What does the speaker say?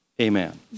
amen